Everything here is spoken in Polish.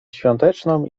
świąteczną